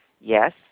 yes